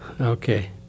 Okay